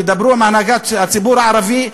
תדברו עם הנהגת הציבור הערבי.